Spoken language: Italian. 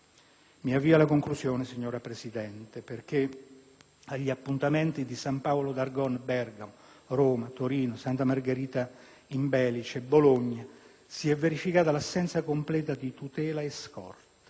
Mi avvio alla conclusione, signora Presidente. Agli appuntamenti di San Paolo d'Argon, in provincia di Bergamo, Roma, Torino, Santa Margherita in Belice e Bologna, si è verificata l'assenza completa di tutela e scorta.